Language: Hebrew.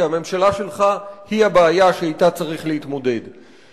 כי הממשלה שלך היא הבעיה שצריך להתמודד אתה.